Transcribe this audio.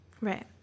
right